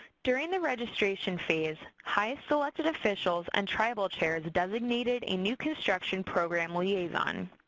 during the registration phase, highest elected officials and tribal chairs designated a new construction program liaison.